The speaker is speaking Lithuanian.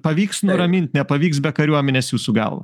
pavyks nuramint nepavyks be kariuomenės jūsų galva